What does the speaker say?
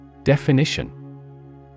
Definition